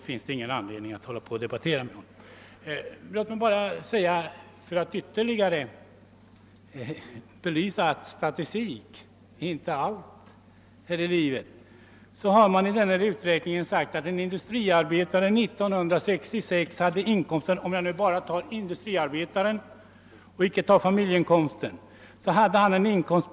För att ytterligare belysa att statistik inte är allt här i livet vill jag peka på att en industriarbetare enligt uträkningen i fråga hade en inkomst år 1966 på 20 683 kronor, om jag nu bara tar industriarbetarens egen inkomst och inte familjeinkomsten.